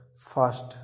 first